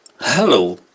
Hello